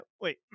Wait